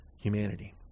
humanity